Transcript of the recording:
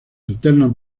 alternan